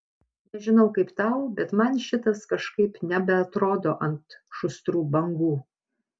nežinau kaip tau bet man šitas kažkaip nebeatrodo ant šustrų bangų